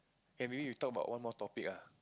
okay maybe we talk about one more topic ah